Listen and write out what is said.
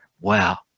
wow